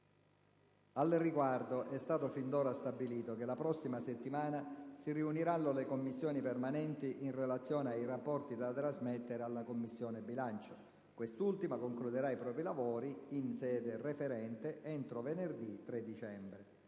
Al riguardo, è stato sin d'ora stabilito che la prossima settimana si riuniranno le Commissioni permanenti in relazione ai rapporti da trasmettere alla Commissione bilancio. Quest'ultima concluderà i propri lavori in sede referente entro venerdì 3 dicembre.